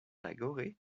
tagore